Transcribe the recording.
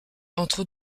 entre